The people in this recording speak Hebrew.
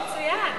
זה מצוין.